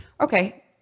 Okay